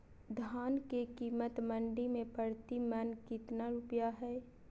धान के कीमत मंडी में प्रति मन कितना रुपया हाय?